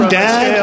dad